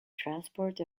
transport